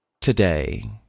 today